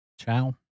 Ciao